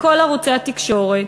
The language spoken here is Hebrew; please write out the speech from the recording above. בכל ערוצי התקשורת,